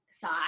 side